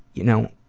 you know,